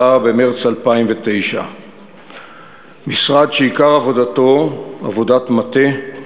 במרס 2009. זהו משרד שעיקר עבודתו עבודת מטה,